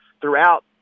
throughout